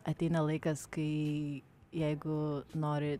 ateina laikas kai jeigu nori